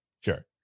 Sure